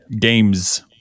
games